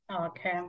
Okay